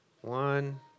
One